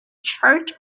chart